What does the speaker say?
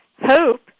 hope